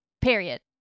Period